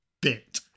bit